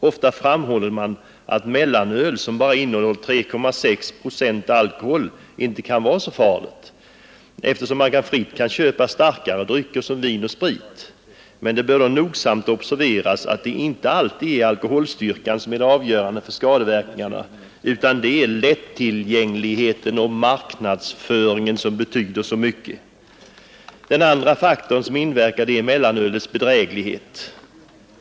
Ofta framhåller man att mellanöl som bara innehåller 3,6 procent alkohol inte kan vara så farligt, eftersom man fritt kan köpa starkare drycker som vin och sprit. Men det bör nogsamt observeras att det inte alltid är alkoholstyrkan som är det avgörande, utan det är lättillgängligheten och marknadsföringen som betyder så mycket. Den andra faktorn som inverkar är mellanölets bedräglighet.